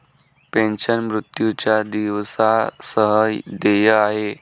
pension, मृत्यूच्या दिवसा सह देय आहे